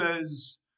says